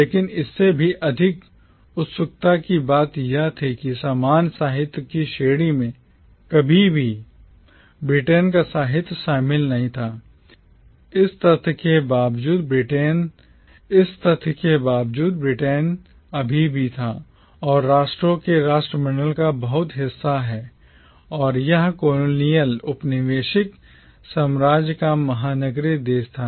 लेकिन इससे भी अधिक उत्सुकता की बात यह थी कि सामान्य साहित्य की श्रेणी में कभी भी Britai ब्रिटेन का साहित्य शामिल नहीं था इस तथ्य के बावजूद कि Britain ब्रिटेन अभी भी था और राष्ट्रों के राष्ट्रमंडल का बहुत हिस्सा है और यह colonial औपनिवेशिक साम्राज्य का महानगरीय देश था